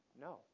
No